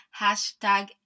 hashtag